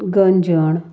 गंजण